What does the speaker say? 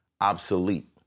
obsolete